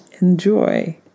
enjoy